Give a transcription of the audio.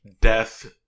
death